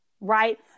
right